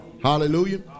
Hallelujah